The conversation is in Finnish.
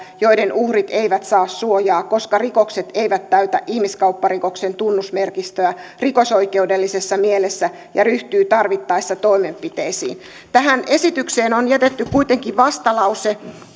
joiden uhrit eivät saa suojaa koska rikokset eivät täytä ihmiskaupparikoksen tunnusmerkistöä rikosoikeudellisessa mielessä ja ryhtyy tarvittaessa toimenpiteisiin tähän esitykseen on jätetty kuitenkin vastalause